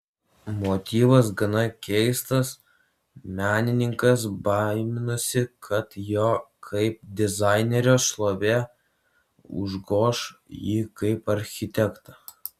motyvas gana keistas menininkas baiminosi kad jo kaip dizainerio šlovė užgoš jį kaip architektą